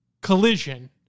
collision